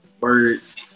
words